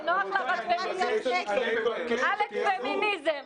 כשנוח לך עאלק פמיניזם.